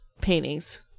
paintings